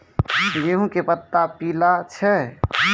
गेहूँ के पत्ता पीला छै?